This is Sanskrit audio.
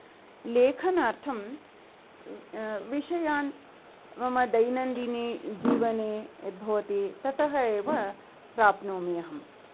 लेखनार्थं विषयान् मम दैनन्दिनी जीवने यद् भवति ततः एव प्राप्नोमि अहं